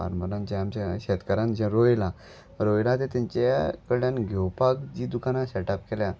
फार्मरान जे आमच्या शेतकारान जें रोयलां रोयलां तें तेंच्या कडल्यान घेवपाक जीं दुकानां सेट अप केल्या